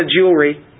jewelry